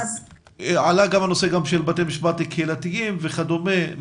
עלה הנושא של בתי משפט קהילתיים וכדומה.